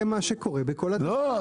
זה מה שקורה בכל --- לא,